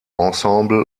ensemble